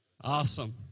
Awesome